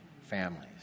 families